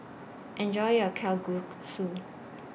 Enjoy your Kalguksu